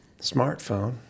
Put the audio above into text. smartphone